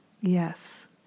Yes